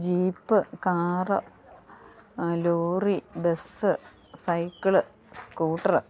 jeep car lorry bus cycle scooter